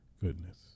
goodness